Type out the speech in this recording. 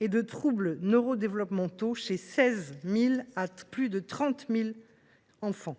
et de troubles neurodéveloppementaux chez 16 000 à 30 000 enfants.